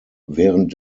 während